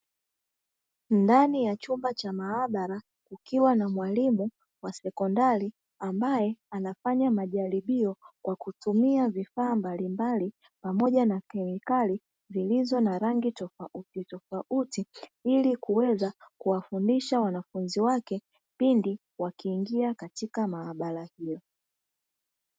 Ndani ya chumba cha maabara kukiwa na mwalimu wa sekondari, ambaye anafanya majaribio kwa kutumia vifaa mbalimbali pamoja na kemikali zilizo na rangi tofautitofauti, ili kuweza kuwafundisha wanafunzi wake pindi wakiingia katika maabara hiyo.